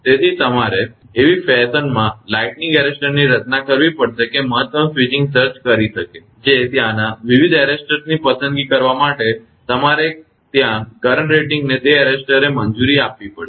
તેથી તમારે એવી ફેશનમાં લાઈટનિંગ એરેસ્ટરની રચના કરવી પડશે કે તે મહત્તમ સ્વિચિંગ સર્જ કરી શકે કે જે ત્યાંના વિવિધ એરેસ્ટર્સને પસંદ કરવા માટે તમારે ત્યાં કરંટ રેટિંગને તે એરેસ્ટરે મંજૂરી આપવી પડશે